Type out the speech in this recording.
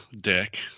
dick